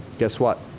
guess what?